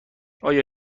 آیا